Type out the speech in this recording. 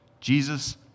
Jesus